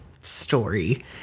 story